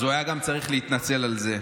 אז הוא צריך להתנצל גם על זה.